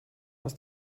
aus